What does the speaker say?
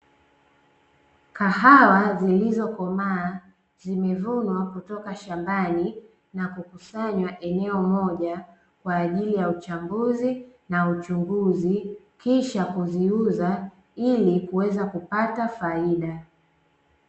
Kahawa zilizokomaa, zimevunwa kutoka shambani, na kukusanywa eneo moja kwa ajili ya uchambuzi na uchunguzi, kisha kuziuza ili kuweza kupata faida.